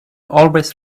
always